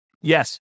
Yes